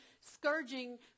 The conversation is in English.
scourging